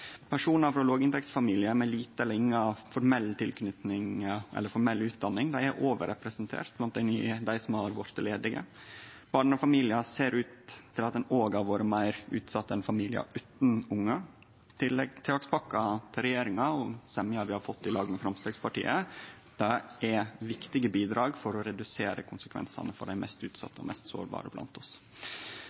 Personar frå låginntektsfamiliar med lite eller inga formell utdanning er overrepresenterte blant dei som er blitt ledige. Barnefamiliar ser òg ut til å ha vore meir utsette enn familiar utan ungar. Tiltakspakka frå regjeringa og semja vi har fått i lag med Framstegspartiet, er viktige bidrag for å redusere konsekvensane for dei mest utsette og sårbare blant oss.